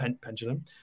pendulum